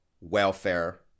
welfare